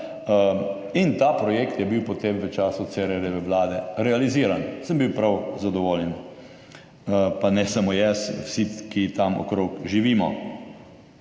in ta projekt je bil potem v času Cerarjeve vlade realiziran, sem bil prav zadovoljen, pa ne samo jaz, vsi, ki tam okrog živimo.